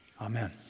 Amen